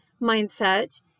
mindset